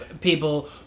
people